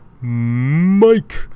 Mike